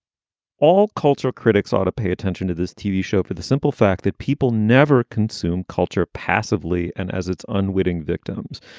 all cultural critics ought to pay attention to this tv show for the simple fact that people never consume culture passively and as its unwitting victims.